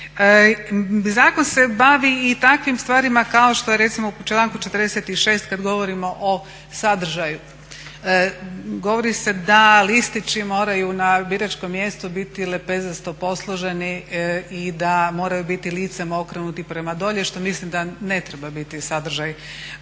Zakon se bavi i takvim stvarima kao što je recimo u članku 46. kad govorimo o sadržaju. Govori se da listići moraju na biračkom mjestu biti lepezasto posloženi i da moraju biti licem okrenuti prema dolje što mislim da ne treba biti sadržaj